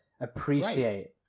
appreciate